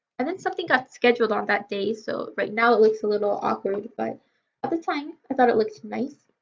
and then something got scheduled on that day so right now it looks a little awkward, but at the time i thought it looked nice.